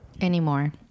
Anymore